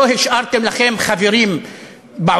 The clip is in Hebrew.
לא השארתם לכם חברים בעולם,